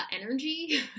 energy